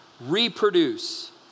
reproduce